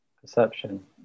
Perception